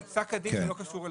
פסק הדין זה לא קשור אליכם.